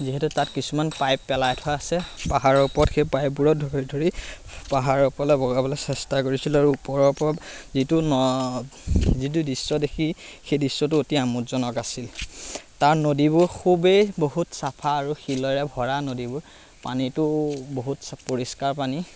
যিহেতু তাত কিছুমান পাইপ পেলাই থোৱা আছে পাহাৰৰ ওপৰত সেই পাইপবোৰত ধৰি ধৰি পাহাৰৰ ওপৰলৈ বগাবলৈ চেষ্টা কৰিছিলোঁ আৰু ওপৰৰ পৰা যিটো যিটো দৃশ্য দেখি সেই দৃশ্যটো অতি আমোদজনক আছিল তাৰ নদীবোৰ খুবেই বহুত চাফা আৰু শিলেৰে ভৰা নদীবোৰ পানীটো বহুত চাফ পৰিষ্কাৰ পানী